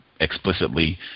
explicitly